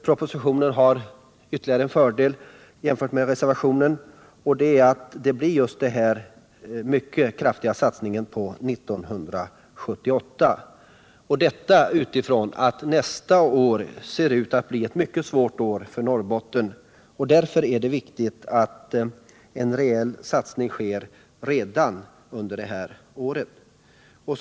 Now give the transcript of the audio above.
Propositionen har ytterligare en fördel jämfört med reservationen, nämligen ett kraftigare stöd 1978, ett år som ser ut att bli mycket svårt för Norrbotten. Därför är det viktigt att en rejäl satsning görs redan under det året.